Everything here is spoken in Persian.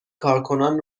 کارکنان